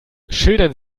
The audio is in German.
schildern